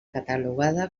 catalogada